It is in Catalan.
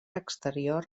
exterior